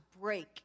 break